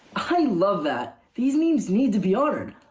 i love that. these need need to be honoured,